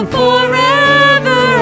forever